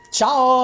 ciao